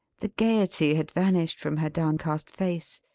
the gaiety had vanished from her downcast face,